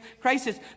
crisis